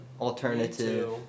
alternative